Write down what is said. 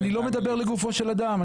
אני לא מדבר לגופו של אדם,